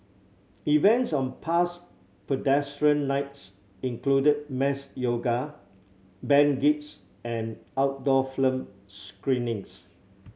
events on past Pedestrian Nights included mass yoga band gigs and outdoor film screenings